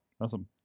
awesome